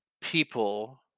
people